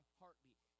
heartbeat